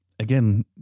Again